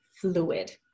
fluid